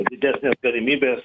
didesnės galimybės